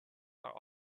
are